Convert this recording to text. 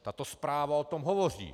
Tato zpráva o tom hovoří.